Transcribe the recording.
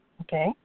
Okay